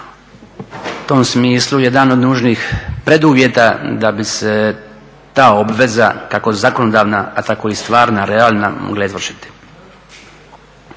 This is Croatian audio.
u tom smislu jedan od nužnih preduvjeta da bi se ta obveza kako zakonodavna, a tako i stvarna, realna mogla izvršiti.